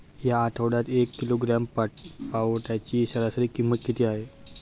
या आठवड्यात एक किलोग्रॅम पावट्याची सरासरी किंमत किती आहे?